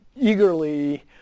eagerly